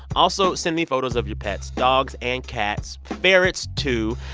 also send me photos of your pets dogs and cats, ferrets, too.